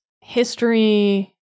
history